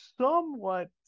somewhat